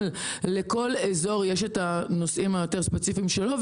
לכל אזור יש את הנושאים הספציפיים שלו.